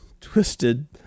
twisted